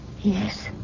Yes